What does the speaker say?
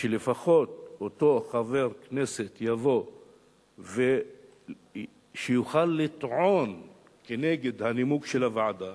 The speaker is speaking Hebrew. שלפחות אותו חבר כנסת יבוא ויוכל לטעון כנגד הנימוק של הוועדה,